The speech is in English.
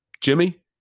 Jimmy